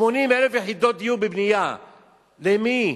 80,000 יחידות דיור בבנייה, למי?